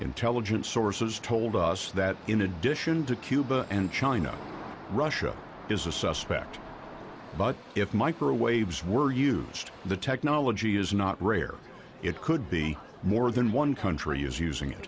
intelligence sources told us that in addition to cuba and china russia is a suspect but if microwave is we're used the technology is not rare it could be more than one country is using it